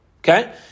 Okay